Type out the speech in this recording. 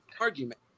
argument